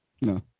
No